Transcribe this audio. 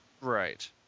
Right